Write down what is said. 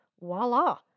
voila